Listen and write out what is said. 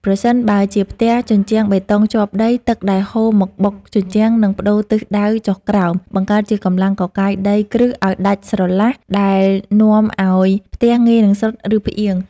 ប្រសិនបើជាផ្ទះជញ្ជាំងបេតុងជាប់ដី ទឹកដែលហូរមកបុកជញ្ជាំងនឹងប្តូរទិសដៅចុះក្រោម បង្កើតជាកម្លាំងកកាយដីគ្រឹះឱ្យដាច់រលះ ដែលនាំឱ្យផ្ទះងាយនឹងស្រុត ឬផ្អៀង។